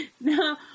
No